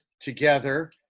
together